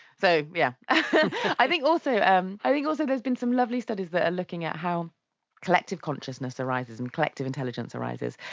so yeah i think also um i think also there has been some lovely studies that are looking at how collective consciousness arises and collective intelligence arises.